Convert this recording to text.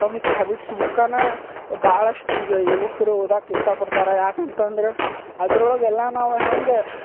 atomic habits ಬುಕ್ಕಾನಾ ಭಾಳಷು ಈಗ ಯುವಕ್ರು ಓದಕ್ಕೆ ಇಷ್ಟಪಡ್ತಾರೆ ಯಾಕಂತಂದ್ರೆ ಅದ್ರೊಳಗೆ ಎಲ್ಲಾ ನಾವು ಹೆಂಗೆ